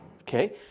Okay